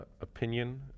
opinion